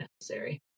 necessary